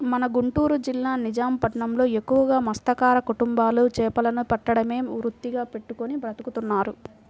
మన గుంటూరు జిల్లా నిజాం పట్నంలో ఎక్కువగా మత్స్యకార కుటుంబాలు చేపలను పట్టడమే వృత్తిగా పెట్టుకుని బతుకుతున్నారు